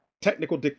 technical